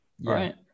right